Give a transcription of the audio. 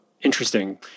Interesting